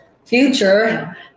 Future